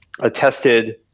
attested